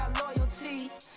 loyalty